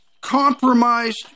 compromised